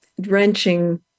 drenching